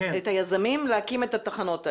את היזמים להקים את התחנות האלה.